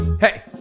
Hey